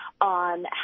on